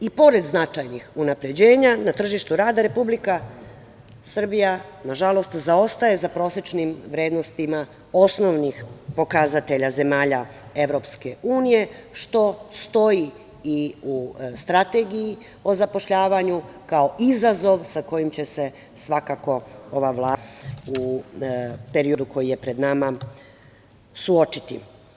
I pored značajnih unapređenja na tržištu rada, Republika Srbija nažalost zaostaje za prosečnim vrednostima osnovnih pokazatelja zemalja Evropske unije, što stoji i u Strategiji o zapošljavanju, kao izazov sa kojim će se svakako ova Vlada u periodu koji je pred nama suočiti.